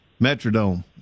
metrodome